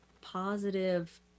positive